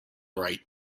right